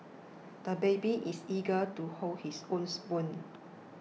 the baby is eager to hold his own spoon